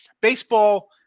Baseball